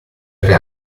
tre